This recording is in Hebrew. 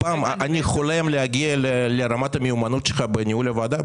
אני חולם להגיע לרמת המיומנות שלך בניהול הוועדה.